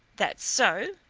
that so?